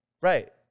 Right